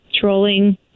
trolling